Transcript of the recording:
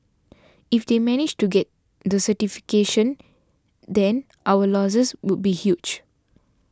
if they managed to get the certification then our losses would be huge